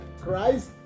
Christ